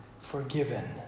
forgiven